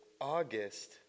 August